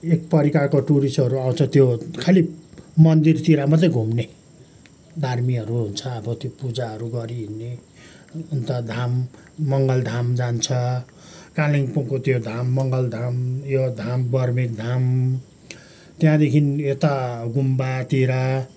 एक प्रकारको टुरिस्टहरू आउँछ त्यो खालि मन्दिरतिर मात्रै घुम्ने धर्मीहरू हुन्छ अब त्यो पूजाहरू गरिहिँड्ने अन्त धाम मङ्गल धाम जान्छ कालिम्पोङको त्यो धाम मङ्गल धाम यो धाम बर्मेक धाम त्यहाँदेखि यता गुम्बातिर